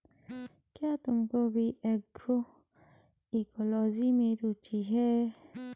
क्या तुमको भी एग्रोइकोलॉजी में रुचि है?